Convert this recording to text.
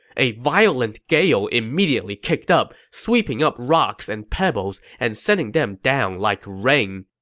a violent gale immediately kicked up, sweeping up rocks and pebbles and sending them down like rain.